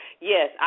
yes